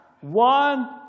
One